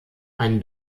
einen